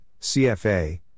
CFA